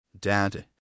Dad